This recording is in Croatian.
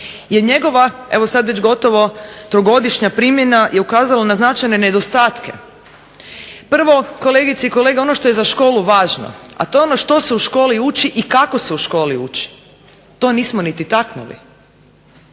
njegova evo sad već gotovo tr4ogodišnja primjena je ukazala na značajne nedostatke. Prvo, kolegice i kolege ono što je za školu važno, a to je ono što se u školi uči i kako se u školi uči. To nismo niti taknuli.